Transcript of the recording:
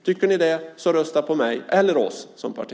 Tycker ni det, så rösta på mig eller oss som parti.